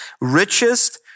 richest